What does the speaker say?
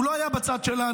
הוא לא היה בצד שלנו,